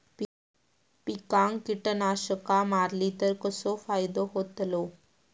पिकांक कीटकनाशका मारली तर कसो फायदो होतलो?